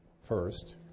first